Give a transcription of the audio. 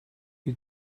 you